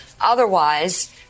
Otherwise